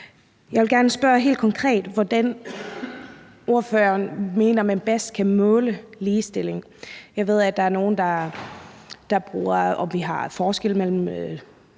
Jeg vil gerne spørge helt konkret, hvordan ordføreren mener man bedst kan måle ligestilling. Jeg ved, at der er nogle, der måler det på, om vi har forskelle